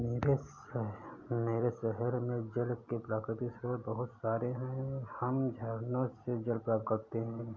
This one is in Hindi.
मेरे शहर में जल के प्राकृतिक स्रोत बहुत सारे हैं हम झरनों से जल प्राप्त करते हैं